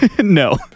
no